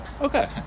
Okay